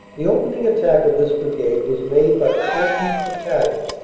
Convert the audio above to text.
the opening attack of this brigade was made by the fourteenth. battalion.